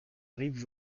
rive